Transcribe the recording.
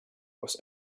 was